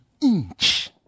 inch